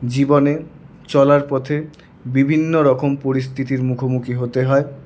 জীবনে চলার পথে বিভিন্ন রকম পরিস্থিতির মুখোমুখি হতে হয়